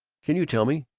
can you tell me,